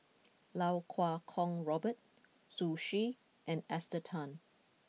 Lau Kuo Kwong Robert Zhu Xu and Esther Tan